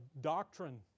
doctrine